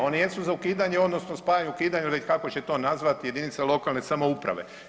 Oni jesu za ukidanje, odnosno spajanje, ukidanje ili kako će to nazvati jedinice lokalne samouprave.